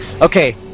Okay